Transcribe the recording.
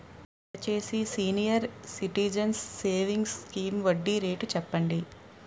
దయచేసి senior citizens savings scheme వడ్డీ rate చెప్పండి